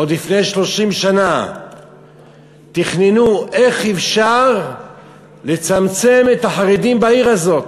עוד לפני 30 שנה תכננו איך אפשר לצמצם את החרדים בעיר הזאת.